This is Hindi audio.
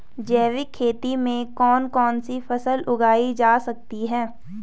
जैविक खेती में कौन कौन सी फसल उगाई जा सकती है?